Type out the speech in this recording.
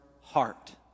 heart